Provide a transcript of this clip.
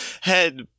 head